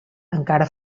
encara